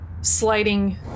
sliding